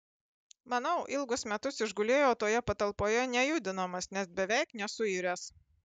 manau ilgus metus išgulėjo toje patalpoje nejudinamas nes beveik nesuiręs